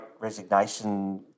resignation